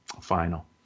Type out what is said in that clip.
final